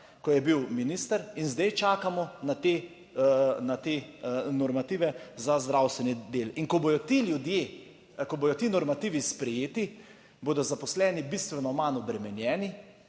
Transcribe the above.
ko je bil minister in zdaj čakamo na te na te normative za zdravstveni del. In ko bodo ti ljudje, ko bodo ti normativi sprejeti, bodo zaposleni bistveno manj obremenjeni